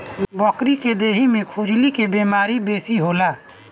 बकरी के देहि में खजुली के बेमारी बेसी होला